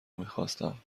میخواستم